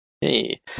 hey